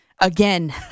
Again